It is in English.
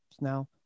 now